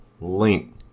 link